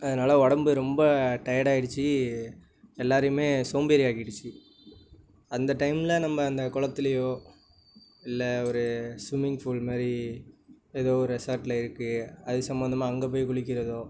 அதனால் உடம்பு ரொம்ப டையடாகிடுச்சு எல்லாேரையுமே சோம்பேறி ஆக்கிடுச்சு அந்த டைமில் நம்ம அந்த குளத்துலையோ இல்லை ஒரு ஸ்விம்மிங் ஃபூல் மாரி ஏதோ ஒரு ரெஸார்ட்டில் இருக்குது அது சம்பந்தமா அங்கே போய் குளிக்கிறதோ